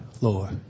Lord